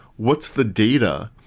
what's the data?